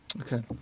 Okay